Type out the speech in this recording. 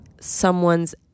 someone's